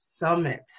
Summit